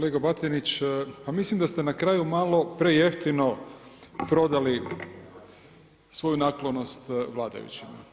Kolega Batinić, pa mislim da ste na kraju malo prejeftino prodali svoju naklonost vladajućima.